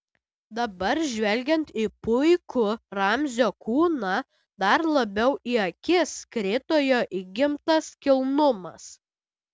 dabar žvelgiant į puikų ramzio kūną dar labiau į akis krito jo įgimtas kilnumas